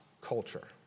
culture